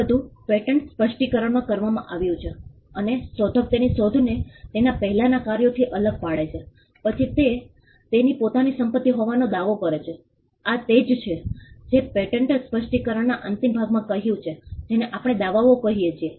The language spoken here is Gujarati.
આ બધું પેટન્ટ સ્પષ્ટીકરણમાં કરવામાં આવ્યું છે અને શોધક તેની શોધને તેના પહેલાંના કાર્યોથી અલગ પાડે છે પછી તે તેની પોતાની સંપતિ હોવાનો દાવો કરે છે આ તે જ છે જે મેં પેટન્ટ સ્પષ્ટીકરણના અંતિમ ભાગમાં કહ્યું છે જેને આપણે દાવાઓ કહીએ છીએ